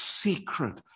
secret